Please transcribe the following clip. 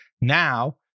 Now